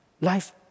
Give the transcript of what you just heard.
life